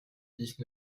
dix